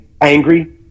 angry